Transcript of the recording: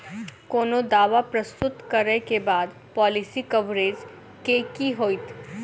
कोनो दावा प्रस्तुत करै केँ बाद पॉलिसी कवरेज केँ की होइत?